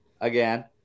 Again